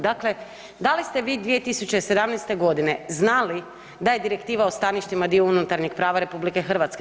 Dakle, da li ste vi 2017.g znali da je Direktiva o staništima dio unutarnjeg prava RH?